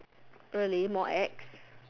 really more ex